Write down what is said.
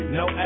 no